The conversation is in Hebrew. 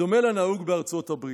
בדומה לנהוג בארצות הברית.